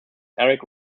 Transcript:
eric